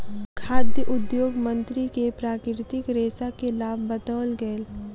खाद्य उद्योग मंत्री के प्राकृतिक रेशा के लाभ बतौल गेल